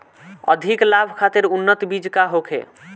अधिक लाभ खातिर उन्नत बीज का होखे?